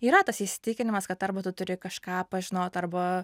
yra tas įsitikinimas kad arba tu turi kažką pažinot arba